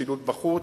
שילוט בחוץ.